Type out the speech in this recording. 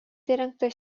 įrengtas